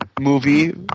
movie